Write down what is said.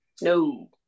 No